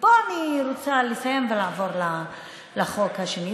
ופה אני רוצה לסיים ולעבור לחוק השני.